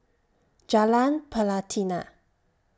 Jalan Pelatina